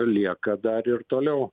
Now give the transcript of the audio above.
lieka dar ir toliau